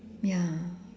ya